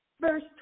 verse